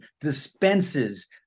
dispenses